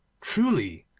truly,